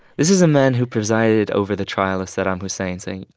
this is a man who presided over the trial of saddam hussein, saying,